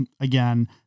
again